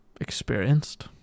experienced